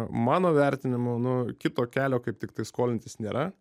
mano vertinimu nu kito kelio kaip tiktai skolintis nėra